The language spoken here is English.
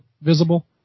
visible